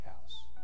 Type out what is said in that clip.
house